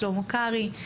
שלמה קרעי.